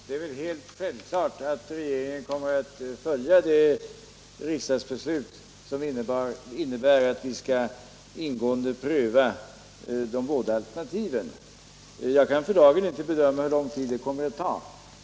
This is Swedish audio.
Herr talman! Självklart kommer regeringen att följa det riksdagsbeslut som innebär att vi ingående skall pröva de båda alternativen. Jag kan för dagen inte bedöma hur lång tid detta kommer att ta.